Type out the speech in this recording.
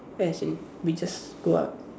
as in we just go out